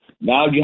Now